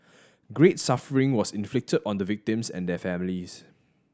great suffering was inflicted on the victims and their families